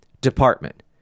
department